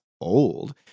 old